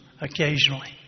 occasionally